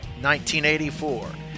1984